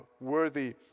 worthy